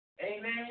Amen